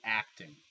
acting